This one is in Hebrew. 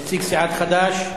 נציג סיעת חד"ש.